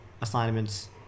assignments